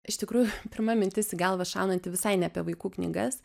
iš tikrųjų pirma mintis į galvą šaunanti visai ne apie vaikų knygas